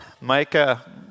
Micah